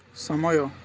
ସମୟ